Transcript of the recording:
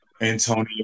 Antonio